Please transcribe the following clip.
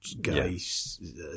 guys